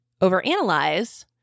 overanalyze